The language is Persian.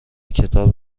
کتاب